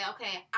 okay